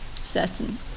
certain